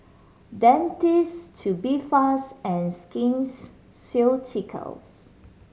Dentiste Tubifast and Skins Ceuticals